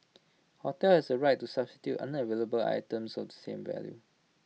hotel has the right to substitute unavailable items of the same value